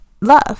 love